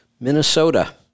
Minnesota